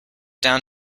down